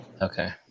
Okay